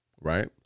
right